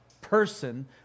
person